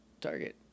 Target